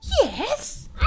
Yes